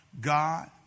God